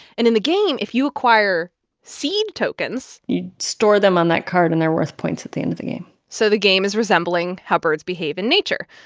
and in the game, if you acquire seed tokens. you store them on that card, and they're worth points at the end of the game so the game is resembling how birds behave in nature.